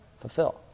Fulfill